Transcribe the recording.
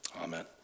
Amen